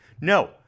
No